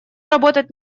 работать